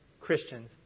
Christians